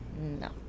No